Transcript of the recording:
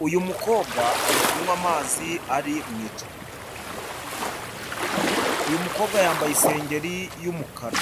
Uyu ari kunywa amazi ari mu icupa, uyu mukobwa yambaye isengeri y'umukara,